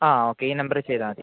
ആ ഓക്കെ ഈ നമ്പറിൽ ചെയ്താൽ മതി